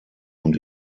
und